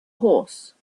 horse